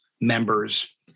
Members